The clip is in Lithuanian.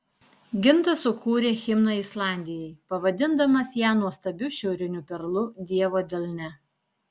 gintas sukūrė himną islandijai pavadindamas ją nuostabiu šiauriniu perlu dievo delne